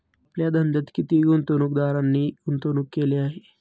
आपल्या धंद्यात किती गुंतवणूकदारांनी गुंतवणूक केली आहे?